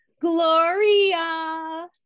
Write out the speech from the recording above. Gloria